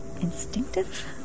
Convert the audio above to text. instinctive